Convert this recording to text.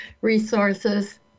resources